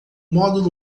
módulo